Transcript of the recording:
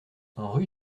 rue